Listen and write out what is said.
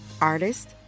artist